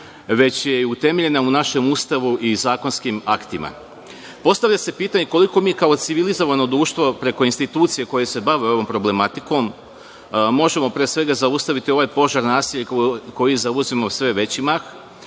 već je utemeljena u našem Ustavu i zakonskim aktima. Postavlja se pitanje – koliko mi kao civilizovano društvo preko institucija koje se bave ovom problematikom možemo pre svega zaustaviti ovaj požar nasilja koji uzima sve veći mah,